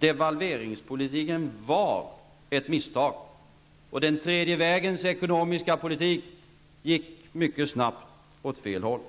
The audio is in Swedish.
Devalveringspolitiken var ett misstag, och den tredje vägens ekonomiska politik gick mycket snabbt åt fel håll.